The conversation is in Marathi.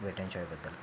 वेट एन जॉय बद्दल